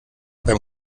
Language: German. beim